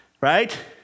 right